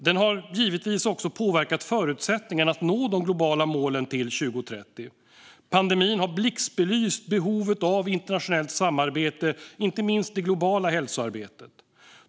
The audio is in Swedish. Den har givetvis också påverkat förutsättningarna att nå de globala målen till 2030. Pandemin har blixtbelyst behovet av internationellt samarbete, inte minst det globala hälsoarbetet.